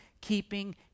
keeping